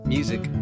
Music